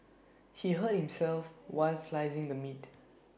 he hurt himself while slicing the meat